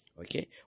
Okay